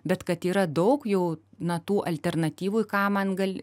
bet kad yra daug jau na tų alternatyvų į ką man gali